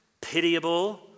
pitiable